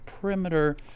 perimeter